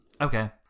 Okay